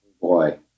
Boy